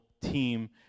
team